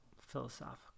Philosophical